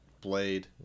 Blade